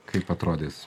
kaip atrodys